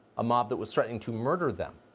a mob that was threatening to murder them.